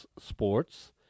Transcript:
sports